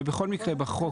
ובכל מקרה בחוק